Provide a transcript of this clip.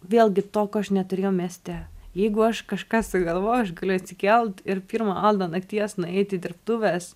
vėlgi to ko aš neturėjau mieste jeigu aš kažką sugalvo aš galiu atsikelt ir pirmą valandą nakties nueit į dirbtuves